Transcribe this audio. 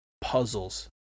puzzles